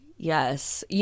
Yes